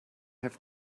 have